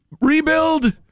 rebuild